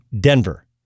Denver